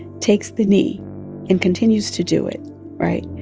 takes the knee and continues to do it right?